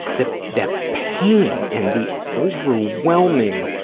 the the pain and the overwhelming